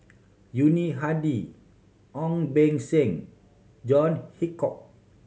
Yuni Hadi Ong Beng Seng John Hitchcock